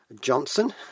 Johnson